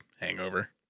hangover